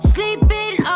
Sleeping